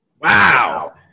Wow